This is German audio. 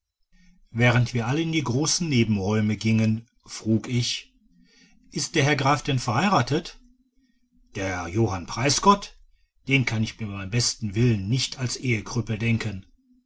während wir alle in die großen nebenräume gingen frug ich ist der herr graf denn verheiratet der johann preisgott den kann ich mir beim besten willen nicht als ehekrüppel denken